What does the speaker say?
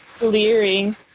leering